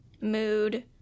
mood